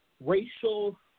racial